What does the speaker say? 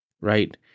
right